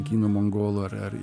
kinų mongolų ar ar